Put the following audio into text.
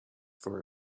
for